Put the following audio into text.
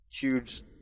huge